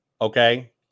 okay